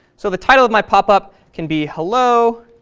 so the title of my popup can be hello.